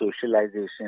socialization